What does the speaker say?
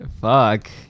fuck